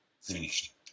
finished